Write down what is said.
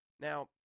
Now